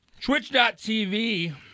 Twitch.tv